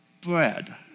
bread